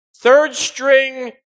Third-string